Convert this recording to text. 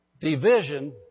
Division